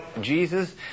Jesus